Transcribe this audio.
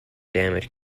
damage